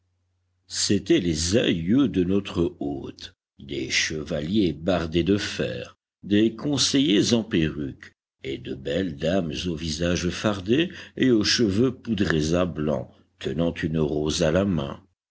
c'étaient les aïeux de notre hôte des chevaliers bardés de fer des conseillers en perruque et de belles dames au visage fardé et aux cheveux poudrés à blanc tenant une rose à la main